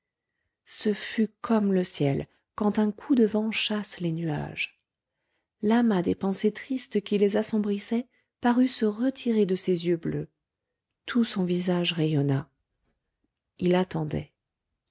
ce fut comme le ciel quand un coup de vent chasse les nuages l'amas des pensées tristes qui les assombrissaient parut se retirer de ses yeux bleus tout son visage rayonna il attendait